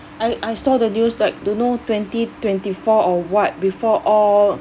I I saw the news like don't know twenty twenty four or what before all